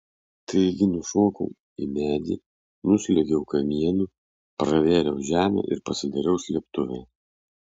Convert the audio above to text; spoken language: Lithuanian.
taigi nušokau į medį nusliuogiau kamienu pravėriau žemę ir pasidariau slėptuvę